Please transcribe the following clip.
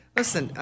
listen